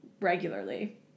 regularly